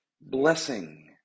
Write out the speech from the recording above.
blessing